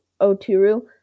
Oturu